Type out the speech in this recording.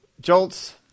jolts